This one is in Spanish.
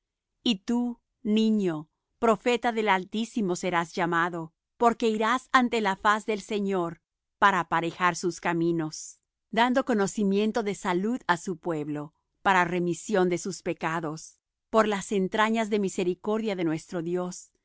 y tú niño profeta del altísimo serás llamado porque irás ante la faz del señor para aparejar sus caminos dando conocimiento de salud á su pueblo para remisión de sus pecados por las entrañas de misericordia de nuestro dios